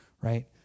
right